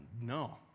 no